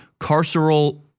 carceral